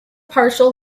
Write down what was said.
partial